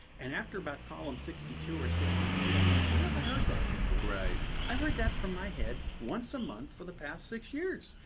and after about column sixty two or sixty three i went, where have i heard that before? craig i heard that from my head once a month for the past six years.